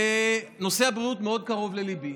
נושא הבריאות מאוד קרוב לליבי,